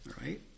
right